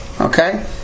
Okay